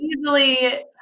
easily